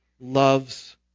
loves